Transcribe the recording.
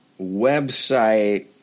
website